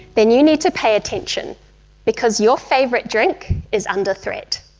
then you need to pay attention because your favourite drink is under threat.